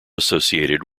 associated